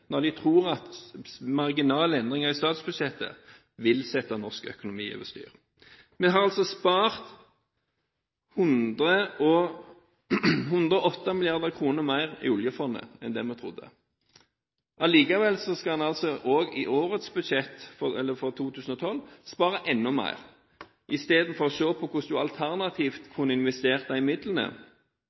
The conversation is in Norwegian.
når de tror at marginale endringer i statsbudsjettet vil sette norsk økonomi over styr. Vi har altså spart 108 mrd. kr mer i oljefondet enn det vi trodde. Allikevel skal en også i budsjettet for 2012 spare enda mer, i stedet for å se på hvordan en alternativt kunne investert de midlene